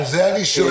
על זה אני שואל.